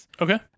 Okay